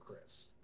Chris